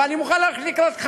אבל אני מוכן ללכת לקראתך.